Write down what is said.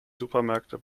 supermärkte